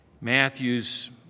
Matthew's